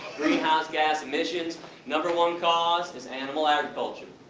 greenhouse gas emissions. number one cause is animal agriculture.